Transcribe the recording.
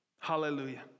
Hallelujah